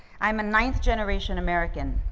i'm a ninth generation american.